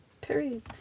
Period